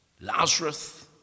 Lazarus